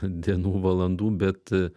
dienų valandų bet